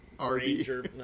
Ranger